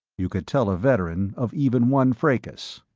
you could tell a veteran of even one fracas.